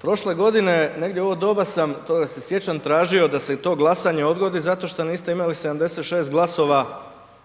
prošle godine negdje u ovo doba sam, toga se sjećam, tražio da se to glasanje odgodi zato što niste imali 76 glasova